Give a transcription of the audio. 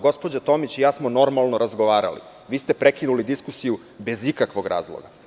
Gospođa Tomić i ja smo normalno razgovarali, a vi ste prekinuli diskusiju bez ikakvog razloga.